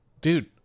dude